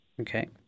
okay